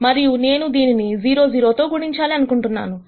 మరియు నేను దీనిని 0 0 తో గుణించాలి అనుకుంటున్నాను